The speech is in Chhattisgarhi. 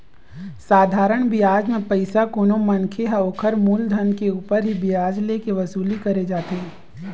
साधारन बियाज म पइसा कोनो मनखे ह ओखर मुलधन के ऊपर ही बियाज ले के वसूली करे जाथे